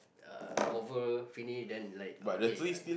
uh over finish then like okay